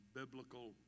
biblical